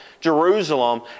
Jerusalem